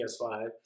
PS5